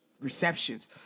receptions